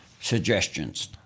suggestions